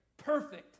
Perfect